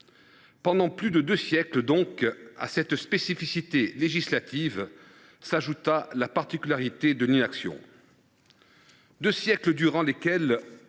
Pendant plus de deux siècles donc, à cette spécificité législative s’ajouta la particularité de l’inaction : deux cents ans